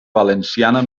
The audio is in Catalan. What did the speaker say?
valenciana